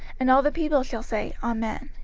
and all the people shall say, amen.